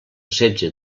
setze